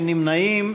אין נמנעים.